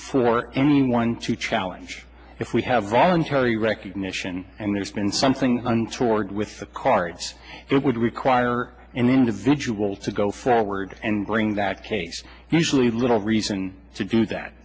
flu or anyone to challenge if we have voluntary recognition and there's been something untoward with the cards it would require an individual to go forward and bring that case he's really little reason to do that